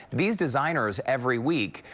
these designers every week,